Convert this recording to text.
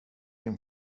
din